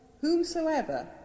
whomsoever